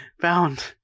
found